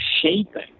shaping